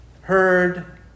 heard